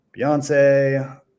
Beyonce